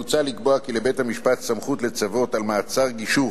מוצע לקבוע כי לבית-המשפט הסמכות לצוות על מעצר "גישור"